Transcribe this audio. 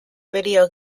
video